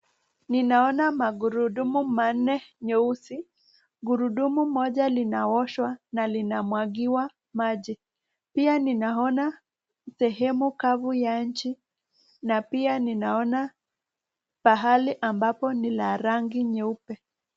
Ninaona magurudumu manne nyeusi, gurudumu moja linaoshwa na linamwagiwa maji, pia ninaona sehemu kavu ya nchi na pia ninaona pahali ambapo lina rangi nyeupe.